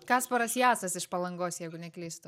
kasparas jasas iš palangos jeigu neklystu